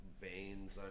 veins